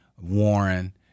Warren